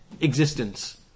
existence